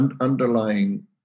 underlying